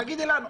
תגידי לנו.